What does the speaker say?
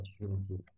opportunities